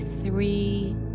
Three